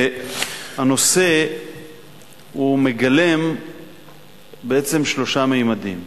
הנושא מגלם שלושה ממדים: